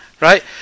right